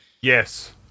Yes